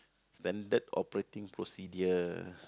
Standard operating procedure